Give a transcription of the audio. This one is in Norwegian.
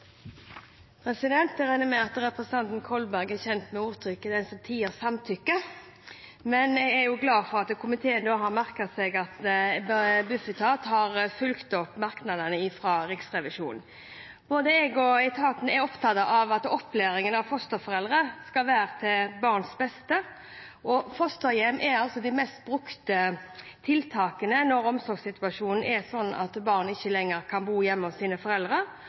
kjent med uttrykket «den som tier, samtykker». Men jeg er glad for at komiteen nå har merket seg at Bufetat har fulgt opp merknadene fra Riksrevisjonen. Både etaten og jeg er opptatt av at opplæringen av fosterforeldre skal være til barns beste. Fosterhjem er det mest brukte tiltaket når omsorgssituasjonen er sånn at barn ikke lenger kan bo hjemme hos sine foreldre.